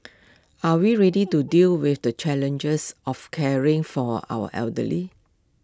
are we ready to deal with the challenges of caring for our elderly